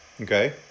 Okay